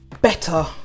better